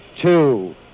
two